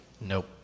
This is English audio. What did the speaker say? Nope